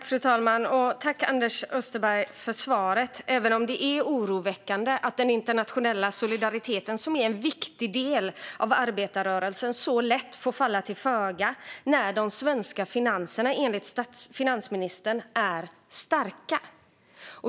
Fru talman! Jag tackar Anders Österberg för svaret, även om det är oroväckande att den internationella solidariteten, som är en viktig del av arbetarrörelsen, så lätt får stryka på foten trots att de svenska finanserna enligt finansministern är starka.